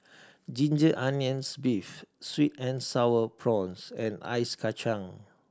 ginger onions beef sweet and Sour Prawns and ice kacang